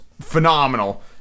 phenomenal